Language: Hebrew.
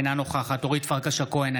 אינה נוכחת אורית פרקש הכהן,